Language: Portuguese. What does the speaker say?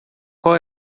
qual